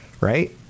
right